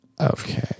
Okay